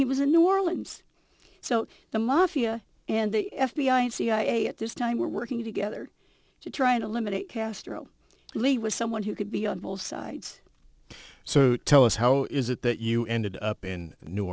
he was in new orleans so the mafia and the f b i and cia at this time were working together to try and eliminate castro lee was someone who could be on both sides so tell us how is it that you ended up in new